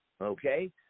Okay